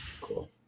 cool